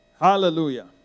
Hallelujah